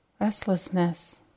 restlessness